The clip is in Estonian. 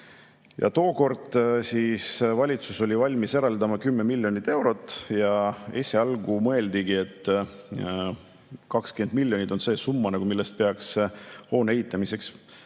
Ja tookord valitsus oli valmis eraldama 10 miljonit eurot ja esialgu mõeldigi, et 20 miljonit on see summa, millest peaks hoone ehitamiseks